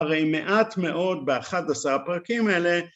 הרי מעט מאוד באחד עשר הפרקים האלה